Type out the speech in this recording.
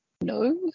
No